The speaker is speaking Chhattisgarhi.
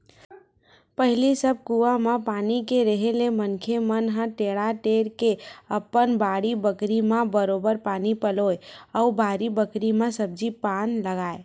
पहिली सब कुआं म पानी के रेहे ले मनखे मन ह टेंड़ा टेंड़ के अपन बाड़ी बखरी म बरोबर पानी पलोवय अउ बारी बखरी म सब्जी पान लगाय